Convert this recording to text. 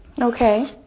Okay